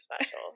special